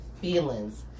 feelings